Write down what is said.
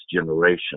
generation